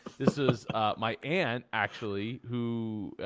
this is my aunt actually who